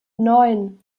neun